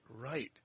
right